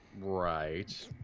right